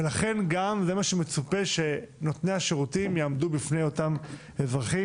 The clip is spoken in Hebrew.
ולכן גם זה מה שמצופה כשנותני השירותים יעמדו בפני אותם אזרחים,